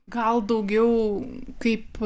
gal daugiau kaip